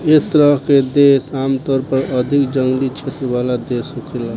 एह तरह के देश आमतौर पर अधिक जंगली क्षेत्र वाला देश होखेला